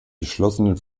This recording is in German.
geschlossenen